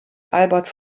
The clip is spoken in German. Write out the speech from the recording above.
albert